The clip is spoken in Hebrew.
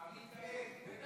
אדוני היושב-ראש,